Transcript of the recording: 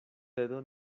dedo